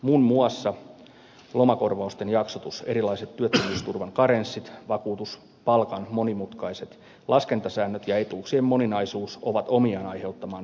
muun muassa lomakorvausten jaksotus erilaiset työttömyysturvan karenssit vakuutuspalkan monimutkaiset laskentasäännöt ja etuuksien moninaisuus ovat omiaan aiheuttamaan viivytystä käsittelyyn